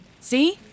see